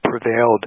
prevailed